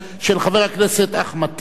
של חבר הכנסת אחמד טיבי,